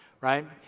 right